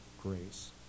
grace